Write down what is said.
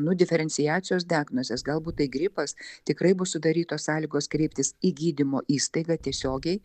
nu diferenciacijos diagnozės galbūt tai gripas tikrai bus sudarytos sąlygos kreiptis į gydymo įstaigą tiesiogiai